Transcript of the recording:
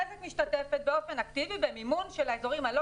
בזק משתתפת באופן אקטיבי במימון של האזורים הלא